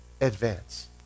advance